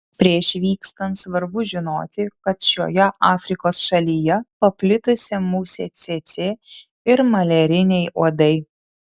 prieš vykstant svarbu žinoti kad šioje afrikos šalyje paplitusi musė cėcė ir maliariniai uodai